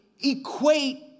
equate